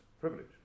privilege